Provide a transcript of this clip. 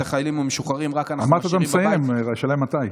את החיילים המשוחררים אנחנו משאירים בבית.